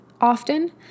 often